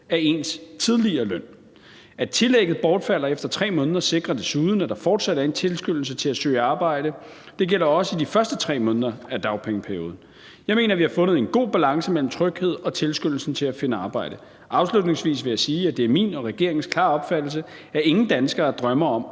af ens tidligere løn. At tillægget bortfalder efter 3 måneder, sikrer desuden, at der fortsat er en tilskyndelse til at søge arbejde. Det gælder også i de første 3 måneder af dagpengeperioden. Jeg mener, at vi har fundet en god balance mellem tryghed og tilskyndelsen til at finde arbejde. Afslutningsvis vil jeg sige, at det er min og regeringens klare opfattelse, at ingen danskere drømmer om